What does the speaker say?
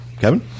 Kevin